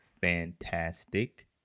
Fantastic